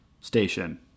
Station